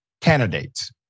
candidates